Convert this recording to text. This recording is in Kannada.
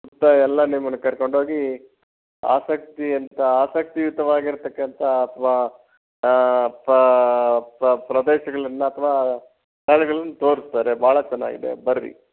ಸುತ್ತ ಎಲ್ಲ ನಿಮ್ಮನ್ನು ಕರ್ಕೊಂಡೋಗಿ ಆಸಕ್ತಿ ಅಂತ ಆಸಕ್ತಿಯುತವಾಗಿರತಕ್ಕಂಥ ಅಥವಾ ಪ್ರದೇಶಗಳನ್ನು ಅಥವಾ ಸ್ಥಳಗಳನ್ನು ತೋರಿಸ್ತಾರೆ ಬಹಳ ಚೆನ್ನಾಗಿದೆ ಬರ್ರೀ